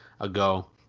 ago